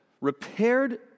repaired